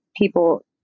people